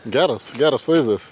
geras geras vaizdas